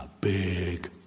big